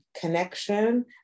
connection